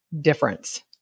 difference